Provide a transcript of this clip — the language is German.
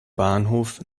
bahnhof